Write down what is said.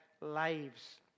lives